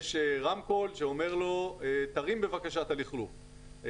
יש רמקול שאומר לו שבבקשה ירים את הלכלוך.